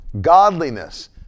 godliness